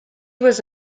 was